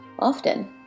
Often